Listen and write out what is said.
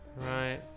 right